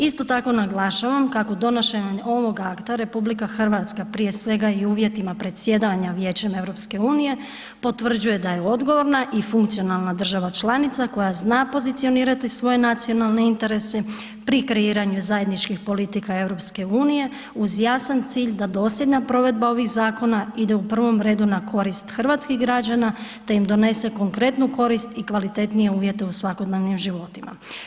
Isto tako naglašavam kako donošenjem ovog akta RH prije svega i u uvjetima predsjedanja Vijećem EU potvrđuje da je odgovorna i funkcionalna država članica koja zna pozicionirati svoje nacionalne interese pri kreiranju zajedničkih politika EU uz jasan cilj da dosljedna provedba ovih zakona ide u prvom redu na korist hrvatskih građana te im donese konkretnu korist i kvalitetnije uvjete u svakodnevnim životima.